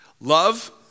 love